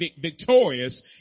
victorious